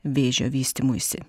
vėžio vystymuisi